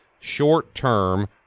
short-term